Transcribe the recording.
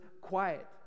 quiet